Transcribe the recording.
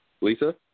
Lisa